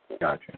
Gotcha